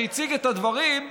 שהציג את הדברים,